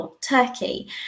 Turkey